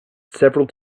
several